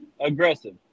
aggressive